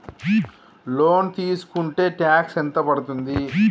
Loan తీస్కుంటే tax ఎంత పడ్తుంది?